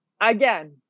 again